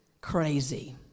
crazy